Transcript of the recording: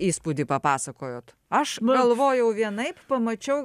įspūdį papasakojot aš galvojau vienaip pamačiau